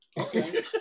Okay